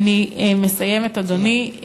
אני מסיימת, אדוני.